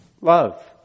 love